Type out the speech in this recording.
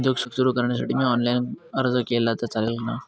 उद्योग सुरु करण्यासाठी मी ऑनलाईन अर्ज केला तर चालेल ना?